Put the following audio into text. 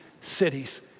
cities